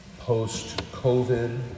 post-COVID